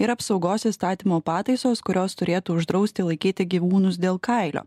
ir apsaugos įstatymo pataisos kurios turėtų uždrausti laikyti gyvūnus dėl kailio